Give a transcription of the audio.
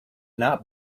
not